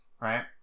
right